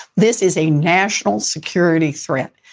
this is a national security threat.